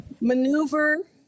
maneuver